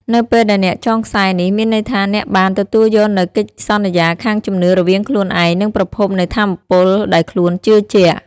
នៅពេលដែលអ្នកចងខ្សែនេះ មានន័យថាអ្នកបាន ទទួលយកនូវកិច្ចសន្យាខាងជំនឿ រវាងខ្លួនឯង និងប្រភពនៃថាមពលដែលខ្លួនជឿជាក់។